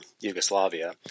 Yugoslavia